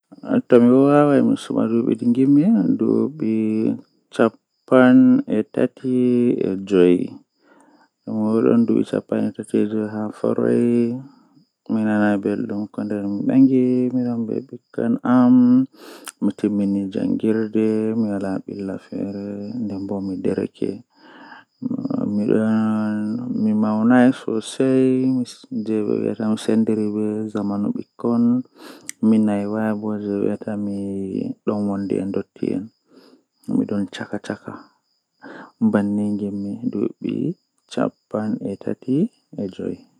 Ndikkina mi mi siga innde am jei aran jei mimari jotta ngam indde man innde manga on masin nden mi don nana beldum innde man masin nden komoi andi am be innde mai amma tomivi mi canjam innde man dum sungulla feere on manga nden mi anda inde toi ma mi indata hoore am ngam mi tokkan midon canja innde dereji am fu ayi do sungullah feere on manga